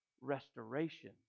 restoration